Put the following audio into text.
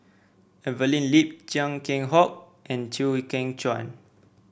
Evelyn Lip Chia Keng Hock and Chew Kheng Chuan